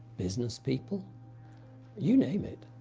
businesspeople, you name it.